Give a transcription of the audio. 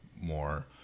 more